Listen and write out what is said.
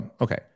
okay